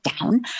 down